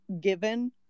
given